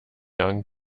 young